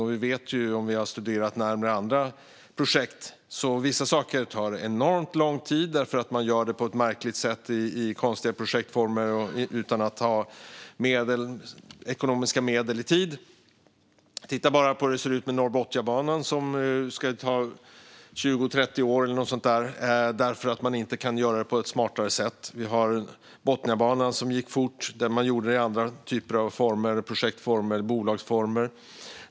Om vi har studerat andra projekt närmare vet vi att vissa saker tar enormt lång tid därför att man gör det på ett märkligt sätt i konstiga projektformer och utan att ha ekonomiska medel i tid. Titta bara på hur det ser ut med Norrbotniabanan. Att bygga den kommer att ta 20-30 år därför att man inte kan göra det på ett smartare sätt. Vi hade en Botniabana som gick fort att bygga där man gjorde det i andra typer av projektformer, bolagsformer.